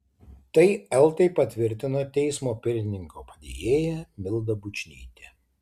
tai eltai patvirtino teismo pirmininko padėjėja milda bučnytė